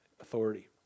authority